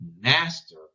master